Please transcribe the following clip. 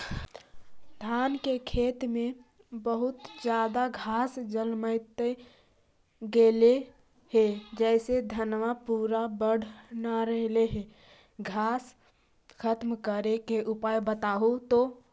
धान के खेत में बहुत ज्यादा घास जलमतइ गेले हे जेसे धनबा पुरा बढ़ न रहले हे घास खत्म करें के उपाय बताहु तो?